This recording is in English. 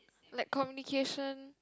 like communication